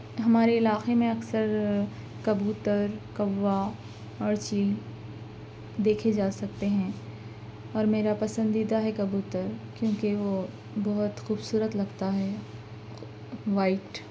ہمارے علاقے میں آ اکثر کبوتر کوّا اور چیل دیکھے جا سکتے ہیں اور میرا پسندید ہے کبوتر کیونکہ وہ بہت خوبصورت لگتا ہے وائٹ